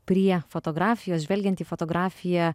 prie fotografijos žvelgiant į fotografiją